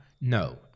No